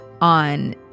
on